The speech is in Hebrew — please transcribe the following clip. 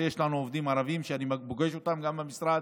ויש לנו עובדים ערבים שאני פוגש גם במשרד